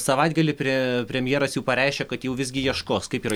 savaitgalį pre premjeras jau pareiškė kad jau visgi ieškos kaip yra